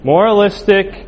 Moralistic